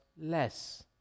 less